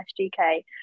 SGK